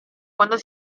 quando